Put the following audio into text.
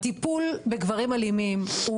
הטיפול בגברים אלימים הוא